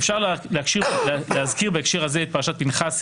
אפשר להזכיר בהקשר הזה את פרשת פנחסי,